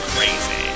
Crazy